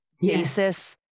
basis